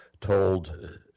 told